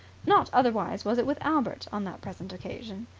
not otherwise was it with albert on that present occasion.